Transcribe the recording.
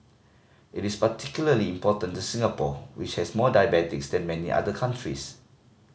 it is particularly important to Singapore which has more diabetics than many other countries